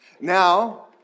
Now